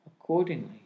Accordingly